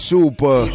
Super